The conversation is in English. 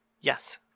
Yes